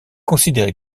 considéré